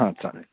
हां चालेल